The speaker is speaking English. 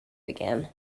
again